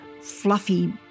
fluffy